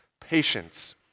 Patience